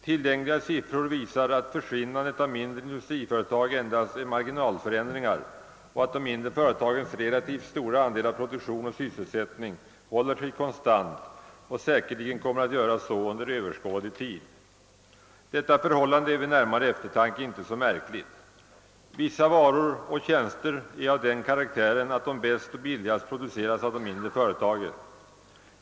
Tillgängliga siffror visar att försvinnandet av mindre industri företag endast är marginalförändringar och att de mindre företagens relativt stora andel av produktion och sysselsättning håller sig konstant och säkerligen kommer att göra så under överskådlig tid. Detta förhållande är vid närmare eftertanke inte så märkligt. Vissa varor och tjänster är av den karaktären att de bäst och billigast produceras av det mindre företaget.